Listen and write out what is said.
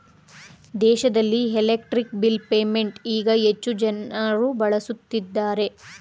ದೇಶದಲ್ಲಿ electric bill payment ಈಗ ಹೆಚ್ಚು ಜನರು ಬಳಸುತ್ತಿದ್ದಾರೆ